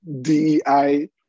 DEI